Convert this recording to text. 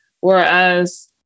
Whereas